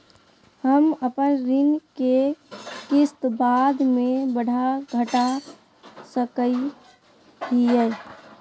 हम अपन ऋण के किस्त बाद में बढ़ा घटा सकई हियइ?